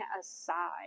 aside